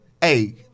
hey